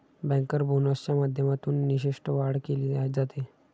banker बोनसच्या माध्यमातून निष्ठेत वाढ केली जाते